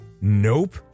Nope